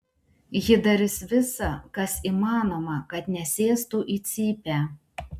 ji darys visa kas įmanoma kad nesėstų į cypę